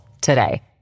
today